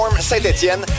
Saint-Étienne